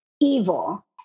evil